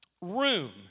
room